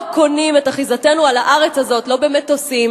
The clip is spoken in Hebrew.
לא קונים את אחיזתנו בארץ הזאת לא במטוסים